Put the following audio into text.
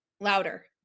louder